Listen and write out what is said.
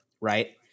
right